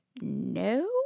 no